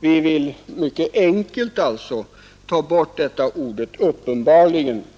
Vi föreslår en mycket enkel ändring, nämligen att ta bort ordet ”uppenbarligen”.